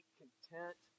content